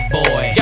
boy